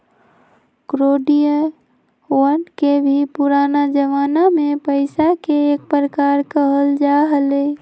कौडियवन के भी पुराना जमाना में पैसा के एक प्रकार कहल जा हलय